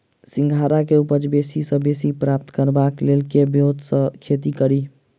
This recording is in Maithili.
सिंघाड़ा केँ उपज बेसी सऽ बेसी प्राप्त करबाक लेल केँ ब्योंत सऽ खेती कड़ी?